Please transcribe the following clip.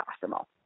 possible